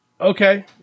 Okay